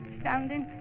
standing